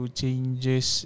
changes